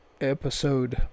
episode